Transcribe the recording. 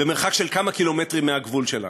במרחק של כמה קילומטרים מהגבול שלנו.